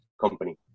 company